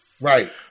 Right